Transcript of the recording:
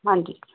ਹਾਂਜੀ